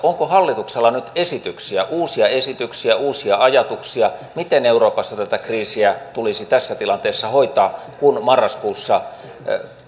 onko hallituksella nyt esityksiä uusia esityksiä uusia ajatuksia miten euroopassa tätä kriisiä tulisi tässä tilanteessa hoitaa kun marraskuussa